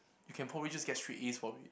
you can probably just get straight As from it